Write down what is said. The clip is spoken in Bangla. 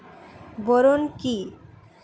বোরন কি?